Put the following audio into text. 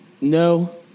No